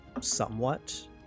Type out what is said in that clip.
somewhat